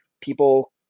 People